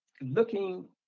looking